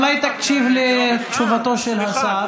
אולי תקשיב לתשובתו של השר,